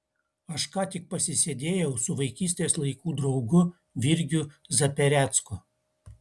aš ką tik pasisėdėjau su vaikystės laikų draugu virgiu zaperecku